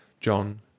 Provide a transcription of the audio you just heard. John